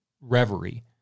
reverie